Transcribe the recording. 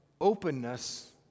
openness